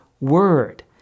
word